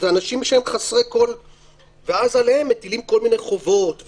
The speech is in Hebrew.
מטילים כל מיני חובות,